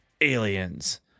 Aliens